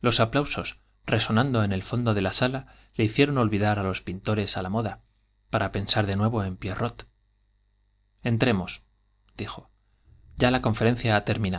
los no aplausos resonando en el fondo de'la sala le hicieron olidar á los pintores á la moda para pensar de nuevo en pierrot entremos dijo ya la conferencia ha termi